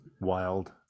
wild